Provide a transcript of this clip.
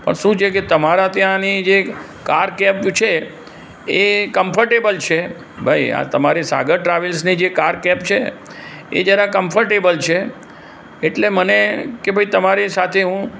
પણ શું છે કે તમારા ત્યાંની જે કાર કેબ છે એ કમ્ફર્ટેબલ છે ભાઈ આ તમારી સાગર ટ્રાવેલ્સની જે કાર કેબ છે એ જરા કમ્ફર્ટેબલ છે એટલે મને કે ભાઈ તમારી સાથે હું